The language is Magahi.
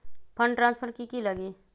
फंड ट्रांसफर कि की लगी?